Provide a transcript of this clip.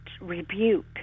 rebuke